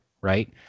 right